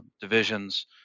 divisions